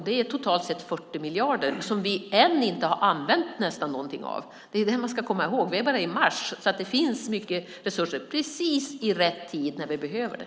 Det är totalt 40 miljarder som vi ännu nästan inte har använt någonting av. Det ska man komma ihåg - vi är bara i mars, så det finns mycket resurser precis i rätt tid när vi behöver det.